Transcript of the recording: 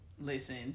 listen